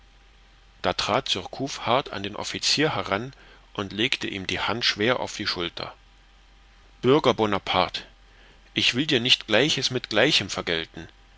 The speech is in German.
da trat surcouf hart an den offizier heran und legte ihm die hand schwer auf die schulter bürger bonaparte ich will dir nicht gleiches mit gleichem vergelten